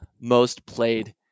most-played